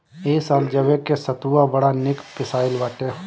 इ साल जवे के सतुआ बड़ा निक पिसाइल बाटे